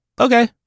okay